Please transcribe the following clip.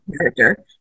character